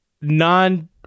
non